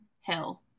Hill